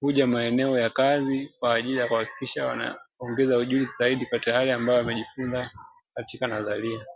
huja maeneo ya kazi kwa ajili ya kuhakikisha wanaongeza ujuzi zaidi kwa tayari ambayo wamejifunza katika nadharia.